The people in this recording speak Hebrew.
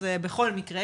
זה בכל מקרה,